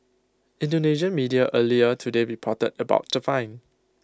Indonesian media earlier today reported about the fine